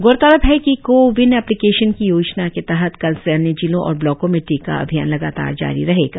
गौरतलब है कि को वीन एप्लिकेशन की योजना के तहत कल से अन्य जिलों और ब्लॉको में टीका अभियान लगातार जारी रहेगा